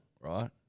right